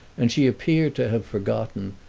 and she appeared to have forgotten,